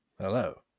Hello